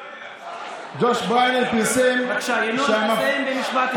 ג'וש בריינר פרסם, בבקשה, ינון, תסיים במשפט אחד.